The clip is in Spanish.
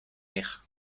hija